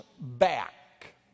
back